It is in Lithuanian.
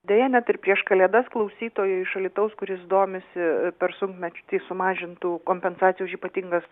deja net ir prieš kalėdas klausytojui iš alytaus kuris domisi per sunkmetį sumažintų kompensacijų už ypatingas